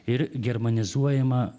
ir germanizuojama